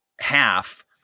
half